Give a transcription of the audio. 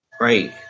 Right